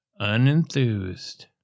unenthused